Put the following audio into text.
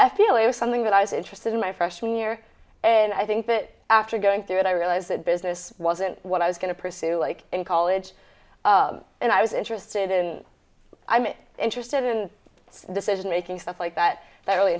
feel it was something that i was interested in my freshman year and i think that after going through it i realized that business wasn't what i was going to pursue like in college and i was interested in i'm interested in decision making stuff like that that really